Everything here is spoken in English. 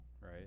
right